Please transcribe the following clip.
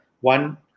one